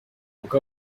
uko